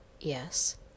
Yes